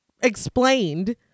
explained